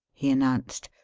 he announced.